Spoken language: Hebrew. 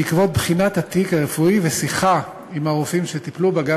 בעקבות בחינת התיק הרפואי ושיחה עם הרופאים שטיפלו בה,